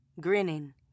Grinning